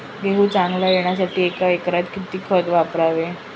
गहू चांगला येण्यासाठी एका एकरात किती खत वापरावे?